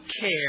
care